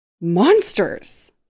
monsters